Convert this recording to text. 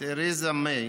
תרזה מיי,